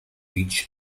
each